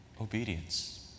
obedience